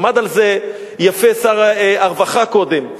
עמד על זה יפה שר הרווחה קודם,